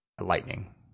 Lightning